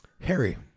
Harry